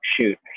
shoot